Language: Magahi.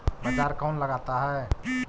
बाजार कौन लगाता है?